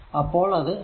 അപ്പോൾ അത്4103∆q ആണ്